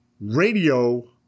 radio